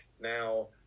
Now